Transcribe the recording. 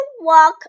walk